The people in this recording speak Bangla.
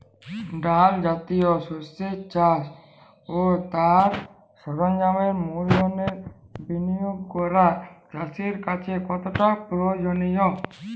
ডাল জাতীয় শস্যের চাষ ও তার সরঞ্জামের মূলধনের বিনিয়োগ করা চাষীর কাছে কতটা প্রয়োজনীয়?